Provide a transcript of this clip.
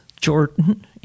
Jordan